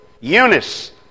Eunice